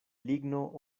ligno